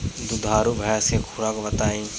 दुधारू भैंस के खुराक बताई?